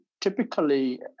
typically